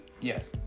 Yes